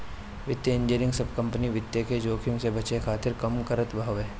वित्तीय इंजनियरिंग सब कंपनी वित्त के जोखिम से बचे खातिर काम करत हवे